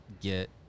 get